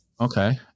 Okay